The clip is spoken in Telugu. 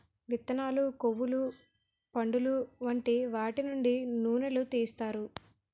విత్తనాలు, కొవ్వులు, పండులు వంటి వాటి నుండి నూనెలు తీస్తారు